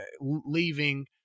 leaving